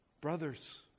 Brothers